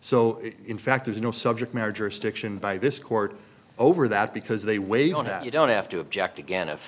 so in fact there's no subject matter jurisdiction by this court over that because they weigh on that you don't have to object again if